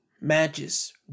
matches